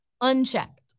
unchecked